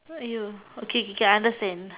!aiyo! okay K K I understand